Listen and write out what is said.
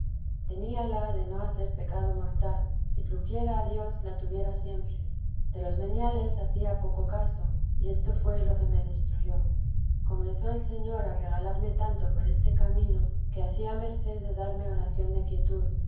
guarda teníala de no hacer pecado mortal y pluguiera a dios la tuviera siempre de los veniales hacía poco caso y esto fué lo que me destruyó comenzó el señor a regalarme tanto por este camino que hacía merced de darme oración de